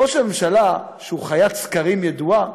ראש הממשלה, שהוא חיית סקרים ידועה,